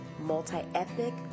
multi-ethnic